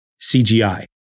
CGI